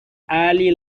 early